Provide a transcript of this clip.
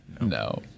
no